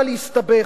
והוא אומר לי: